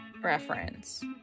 reference